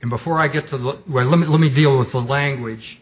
and before i get to the well let me let me deal with the language